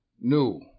new